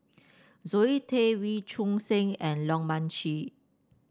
Zoe Tay Wee Choon Seng and Leong Mun Chee